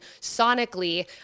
sonically